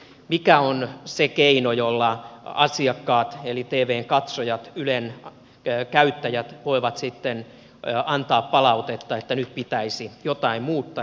mikä on se keino jolla asiakkaat eli tvn katsojat ylen käyttäjät voivat sitten antaa palautetta että nyt pitäisi jotain muuttaa